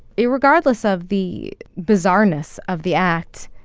irregardless of the bizarreness of the act,